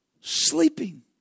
Sleeping